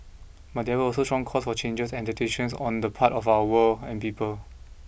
but there were also strong calls for changes and adaptation on the part of our world and people